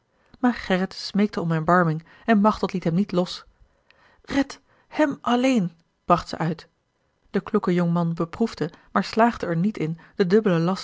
smeekte om erbarming en machteld liet hem niet los red hem alleen bracht ze uit de kloeke jonkman beproefde maar slaagde er niet in den dubbelen last